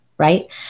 right